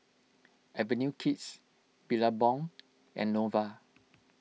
Avenue Kids Billabong and Nova